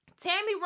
Tammy